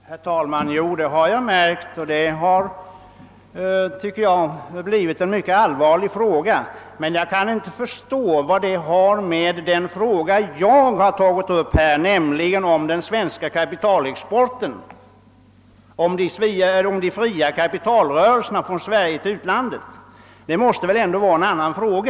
Herr talman! Jo, det har jag märkt och det har, tycker jag, blivit en mycket allvarlig fråga. Men jag kan inte förstå vad den har att göra med den fråga som jag tagit upp om den svenska kapitalexporten, om de fria kapitalrörelserna från Sverige till utlandet. Det måste väl ändå vara en annan fråga.